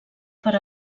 per